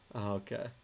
okay